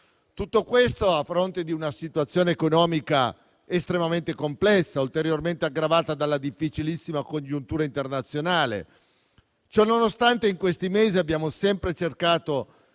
Tutto questo avviene a fronte di una situazione economica estremamente complessa, ulteriormente aggravata dalla difficilissima congiuntura internazionale. Ciononostante, in questi mesi abbiamo sempre cercato,